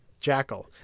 jackal